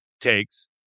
takes